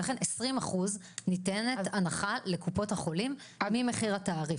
ולכן 20% ניתנת הנחה לקופות החולים ממחיר התעריף.